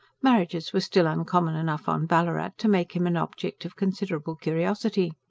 marriages were still uncommon enough on ballarat to make him an object of considerable curiosity.